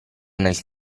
nel